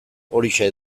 horixe